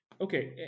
Okay